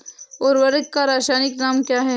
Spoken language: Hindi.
उर्वरक का रासायनिक नाम क्या है?